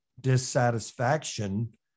dissatisfaction